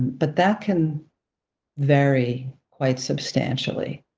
but that can vary quite substantially